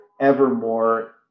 evermore